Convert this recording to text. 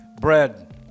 Bread